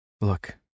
look